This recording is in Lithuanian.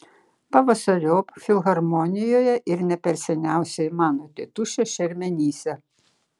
pavasariop filharmonijoje ir ne per seniausiai mano tėtušio šermenyse